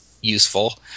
useful